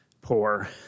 poor